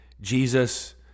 Jesus